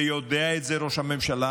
ויודע את זה ראש הממשלה,